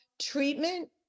treatment